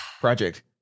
Project